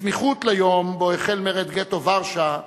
בסמיכות ליום שבו החל מרד גטו ורשה,